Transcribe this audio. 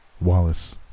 Wallace